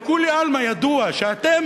לכולי עלמא ידוע שאתם,